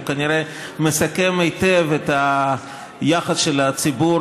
הוא כנראה מסכם היטב את היחס של הציבור